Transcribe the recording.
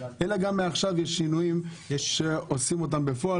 אלא גם מעכשיו יש שינויים שעושים אותם בפועל